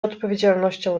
odpowiedzialnością